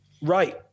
Right